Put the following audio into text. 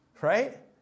right